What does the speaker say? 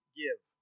give